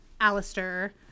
Alistair